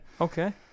Okay